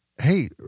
Hey